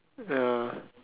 ya